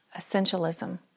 essentialism